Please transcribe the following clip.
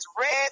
Red